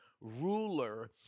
ruler